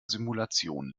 simulation